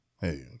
hey